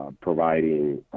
providing